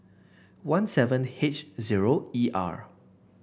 one seven H zero E R